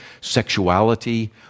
sexuality